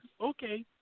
Okay